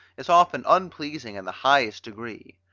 is often unpleasing in the highest degree.